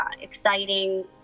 exciting